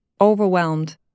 overwhelmed